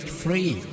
free